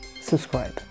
subscribe